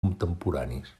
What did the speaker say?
contemporanis